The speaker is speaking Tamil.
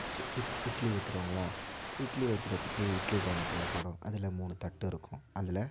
இட்லி ஊற்றுறாங்களா இட்லி ஊற்றுறத்துக்கு இட்லி பானை தேவைப்படும் அதில் மூணு தட்டு இருக்கும் அதில்